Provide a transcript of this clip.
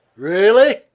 really?